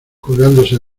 colgándose